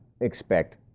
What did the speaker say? expect